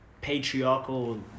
patriarchal